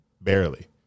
barely